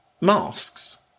masks